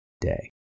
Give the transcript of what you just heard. day